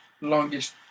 longest